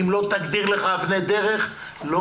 אם לא תגדיר לך אבני דרך לא